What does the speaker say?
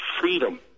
freedom